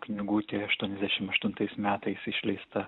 knygutė aštuoniasdešim aštuntais metais išleista